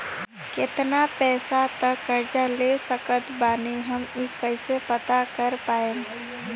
केतना पैसा तक कर्जा ले सकत बानी हम ई कइसे पता कर पाएम?